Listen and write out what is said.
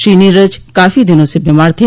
श्री नीरज काफी दिनों से बीमार थे